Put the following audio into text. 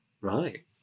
right